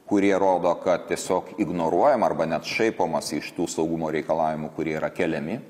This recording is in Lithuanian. kurie rodo kad tiesiog ignoruojama arba net šaipomasi iš tų saugumo reikalavimų kurie yra keliami